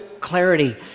clarity